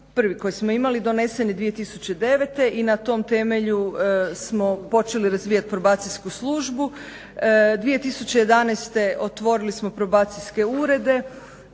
prvi koji smo imali, donesen je 2009. i na tom temelju smo počeli razvijati probacijsku službu. 2011. otvorili smo probacijske urede,